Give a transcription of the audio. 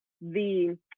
the-